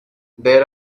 there